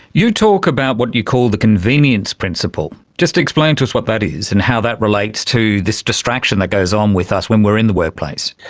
you talk about what you call the convenience principle. just explain to us what that is and how that relates to this distraction that goes on um with us when we are in the workplace.